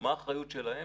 מה האחריות שלהם?